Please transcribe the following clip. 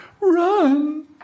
Run